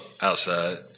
outside